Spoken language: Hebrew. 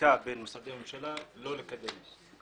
בין משרדי הממשלה לא לקדם.